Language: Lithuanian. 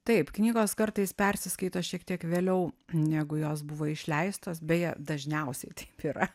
taip knygos kartais persiskaito šiek tiek vėliau negu jos buvo išleistos beje dažniausiai taip yra